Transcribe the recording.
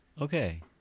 Okay